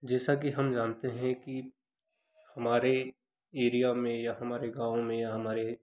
जैसा कि हम जानते हैं कि हमारे एरिया में या हमारे गाँव में या हमारे